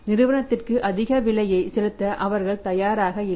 நிறுவனத்திற்கு அதிக விலையை செலுத்த அவர்கள் தயாராக இல்லை